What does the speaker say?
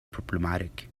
problematic